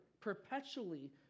perpetually